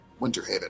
Winterhaven